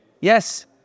Yes